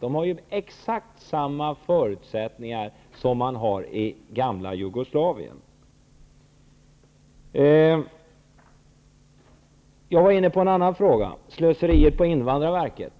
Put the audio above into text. De har exakt samma förutsättningar som medborgarna i gamla Så till slöseriet på invandrarverket.